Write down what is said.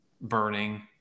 burning